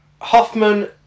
Hoffman